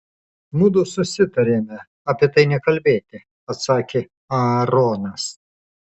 mudu susitarėme apie tai nekalbėti atsakė aaronas